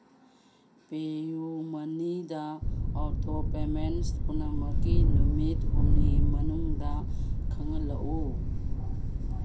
ꯄꯦ ꯌꯨ ꯃꯅꯤꯗ auto payments ꯄꯨꯝꯅꯃꯛꯀꯤ ꯅꯨꯃꯤꯠ ꯍꯨꯝꯅꯤꯒꯤ ꯃꯅꯨꯡꯗ ꯈꯪꯍꯜꯂꯛꯎ